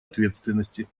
ответственности